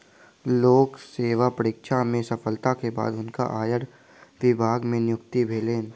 लोक सेवा परीक्षा में सफलता के बाद हुनका आयकर विभाग मे नियुक्ति भेलैन